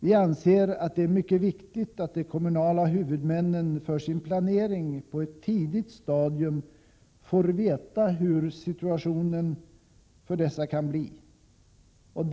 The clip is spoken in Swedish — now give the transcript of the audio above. Vi anser att det är mycket viktigt att de kommunala huvudmännen för sin planering på ett tidigt stadium får veta hur situationen för dem kan komma att bli.